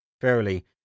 verily